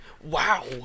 wow